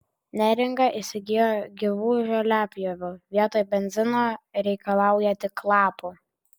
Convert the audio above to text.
neringa įsigijo gyvų žoliapjovių vietoj benzino reikalauja tik lapų